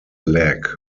leg